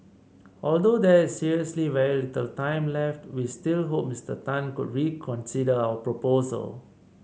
although there is seriously very little time left we still hope Mister Tan could reconsider our proposal